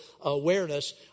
awareness